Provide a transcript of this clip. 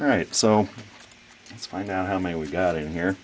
all right so let's find out how many we've got in here